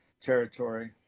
territory